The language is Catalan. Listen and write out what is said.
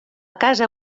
casa